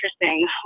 interesting